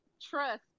trust